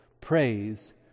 Praise